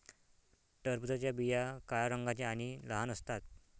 टरबूजाच्या बिया काळ्या रंगाच्या आणि लहान असतात